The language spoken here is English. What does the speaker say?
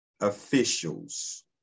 officials